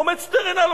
עומד שטרנהל,